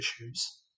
issues